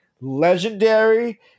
legendary